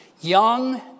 young